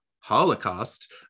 holocaust